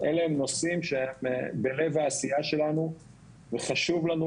אלה הם נושאים שהם בלב העשייה שלנו וחשוב לנו